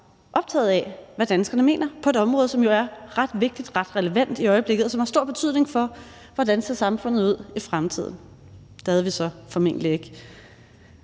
optaget af, hvad danskerne mener på et område, som jo er ret vigtigt og ret relevant i øjeblikket, og som har stor betydning for, hvordan samfundet ser ud i fremtiden. Det havde vi så formentlig ikke.